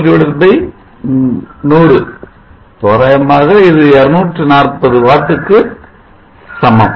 5 100 தோராயமாக இது 240 Watts க்கு சமம்